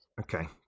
okay